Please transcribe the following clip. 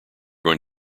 going